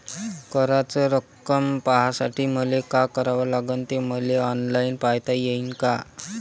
कराच रक्कम पाहासाठी मले का करावं लागन, ते मले ऑनलाईन पायता येईन का?